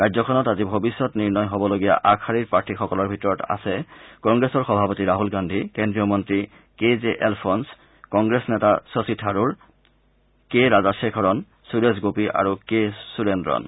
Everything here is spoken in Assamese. ৰাজ্যখনত আজি ভৱিষ্যত নিৰ্ণয় হবলগীয়া আগশাৰীৰ প্ৰাৰ্থীসকলৰ ভিতৰত আছে কংগ্ৰেছৰ সভাপতি ৰাহুল গাদ্ধী কেন্দ্ৰীয় মন্ত্ৰী কে জে এলফ'নছ কংগ্ৰেছ নেতা শশী থাৰুৰ কে ৰাজাশেখৰণ সুৰেশ গোপী আৰু কে সুৰেন্দ্ৰন